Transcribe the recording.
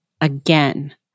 again